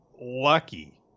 Lucky